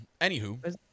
anywho